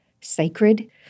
sacred